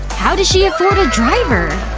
how does she afford a driver?